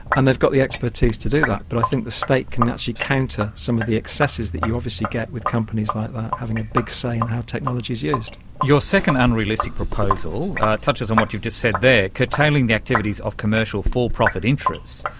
and they've got the expertise to do that. but i think the state can actually counter some of the excesses that you obviously get with companies like that having a big say in how technology is used. your second unrealistic proposal touches on what you've just said there curtailing the activities of commercial for-profit interests.